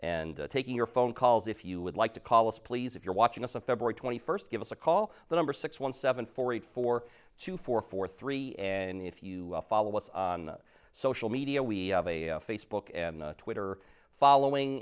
and taking your phone calls if you would like to call us please if you're watching us a february twenty first give us a call the number six one seven four eight four two four four three and if you follow us on social media we have a facebook and twitter following